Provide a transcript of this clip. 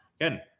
Again